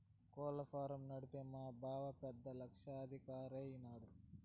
కోళ్ల ఫారం నడిపి మా బావ పెద్ద లక్షాధికారైన నాడు